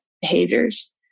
behaviors